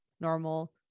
normal